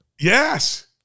Yes